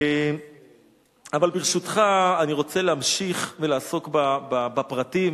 אבל, ברשותך, אני רוצה להמשיך ולעסוק בפרטים